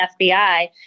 FBI